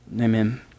Amen